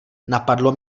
napadlo